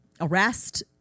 arrest